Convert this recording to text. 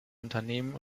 unternehmen